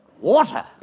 Water